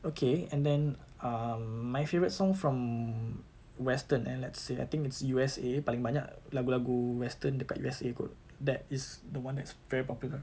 okay and then um my favorite song from western and let's see I think it's U_S_A paling banyak lagu-lagu western dekat U_S_A kot that is the one that's very popular